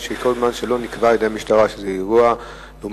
כל זמן שלא נקבע על-ידי המשטרה שזה אירוע לאומני,